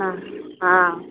हँ